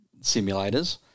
simulators